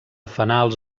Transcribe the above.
fanals